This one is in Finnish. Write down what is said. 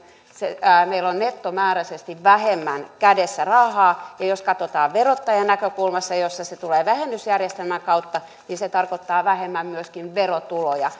meillä on nettomääräisesti vähemmän kädessä rahaa ja jos katsotaan verottajan näkökulmasta jossa se tulee vähennysjärjestelmän kautta niin se tarkoittaa myöskin vähemmän verotuloja